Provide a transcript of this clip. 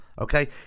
Okay